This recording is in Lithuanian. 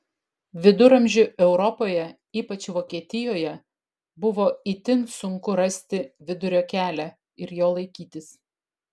viduramžių europoje ypač vokietijoje buvo itin sunku rasti vidurio kelią ir jo laikytis